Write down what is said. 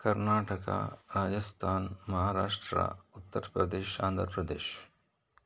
Karnataka Rajasthan Maharashtra Uttar Pradesh Andhra Pradesh